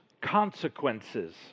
consequences